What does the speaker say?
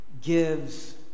gives